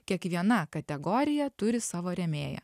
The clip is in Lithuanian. kiekviena kategorija turi savo rėmėją